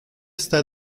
está